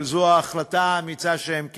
אבל זו ההחלטה האמיצה שהם קיבלו,